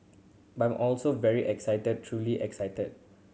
but I'm also very excited truly excited